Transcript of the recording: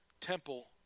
temple